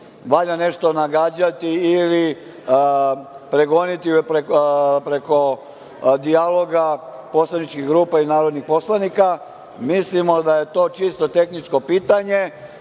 valja nešto nagađati ili pregoniti preko dijaloga poslaničkih grupa i narodnih poslanika, mislimo da je to čisto tehničko pitanje. Verujemo